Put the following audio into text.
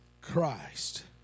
Christ